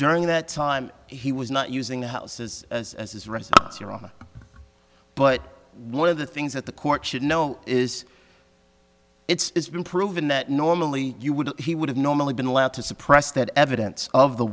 during that time he was not using the houses as his residence or on but one of the things that the court should know is it's been proven that normally you would he would have normally been allowed to suppress that evidence of the